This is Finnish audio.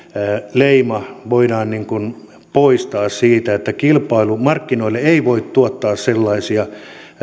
leima voidaan poistaa että markkinoille ei voi tuottaa sellaisia